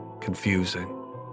confusing